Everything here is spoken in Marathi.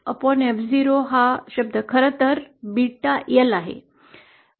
आता इथे pi2 Ff0 हा शब्द खरं तर बीटा एल आहे